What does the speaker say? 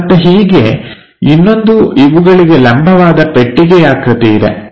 ಮತ್ತೆ ಹೀಗೆ ಇನ್ನೊಂದು ಇವುಗಳಿಗೆ ಲಂಬವಾದ ಪೆಟ್ಟಿಗೆಯಾಕೃತಿ ಇದೆ